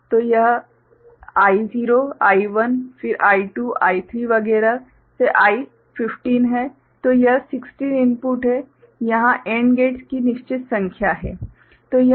तो यह I0 I1 फिर I2 I3 वगैरह से I15 है तो यह 16 इनपुट हैं यहाँ AND गेट्स की निश्चित संख्या है